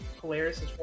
hilarious